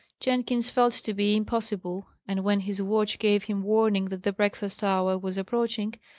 jenkins felt to be impossible and when his watch gave him warning that the breakfast hour was approaching,